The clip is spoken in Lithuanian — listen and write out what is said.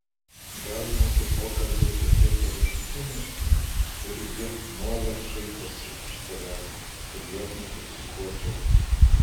gal mūsų pokalbiai tokie paviršutiniški ir ji nuolat šaiposi iš savęs kad jos nekritikuočiau